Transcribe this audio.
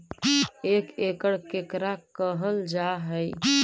एक एकड़ केकरा कहल जा हइ?